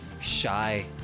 shy